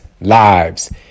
lives